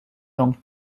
langue